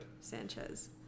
Sanchez